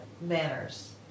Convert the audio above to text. manners